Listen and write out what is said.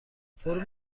فرم